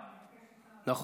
נכון,